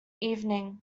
evening